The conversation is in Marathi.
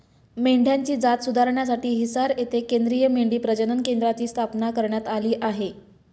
मेंढ्यांची जात सुधारण्यासाठी हिसार येथे केंद्रीय मेंढी प्रजनन केंद्राची स्थापना करण्यात आली आहे